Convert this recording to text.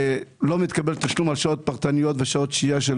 לא מתקבל תשלום על שעות פרטניות ושעות שהייה של